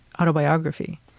autobiography